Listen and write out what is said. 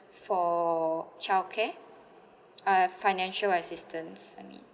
for childcare uh financial assistance I mean